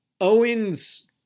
Owens